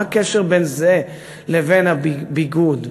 מה הקשר בין זה לבין ביגוד,